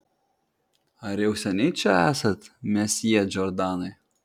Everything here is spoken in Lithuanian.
ar jau seniai čia esat mesjė džordanai